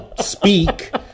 speak